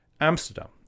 Amsterdam